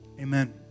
Amen